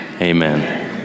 Amen